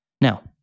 Now